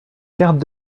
cartes